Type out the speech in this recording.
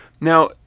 Now